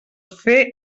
fer